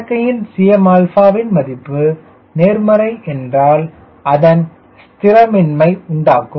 இறக்கையின் Cmα வின் மதிப்பு நேர்மறை என்றார் அது ஸ்திரமின்மை உண்டாக்கும்